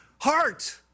heart